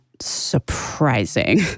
surprising